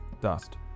dust